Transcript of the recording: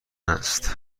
است